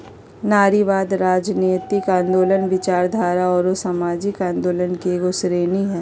नारीवाद, राजनयतिक आन्दोलनों, विचारधारा औरो सामाजिक आंदोलन के एगो श्रेणी हइ